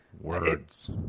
Words